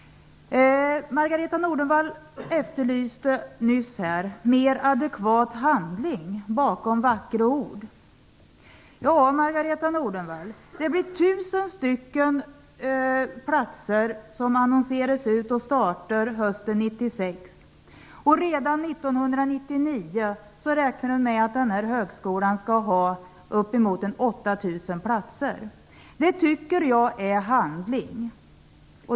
Margareta Nordenvall efterlyste nyss mer adekvat handling bakom vackra ord. Ja, Margareta Nordenvall, det kommer att annonseras ut 1 000 platser som skall starta hösten 1996. Redan 1999 räknar vi med att denna högskola skall ha uppemot 8 000 platser. Det tycker jag är handling.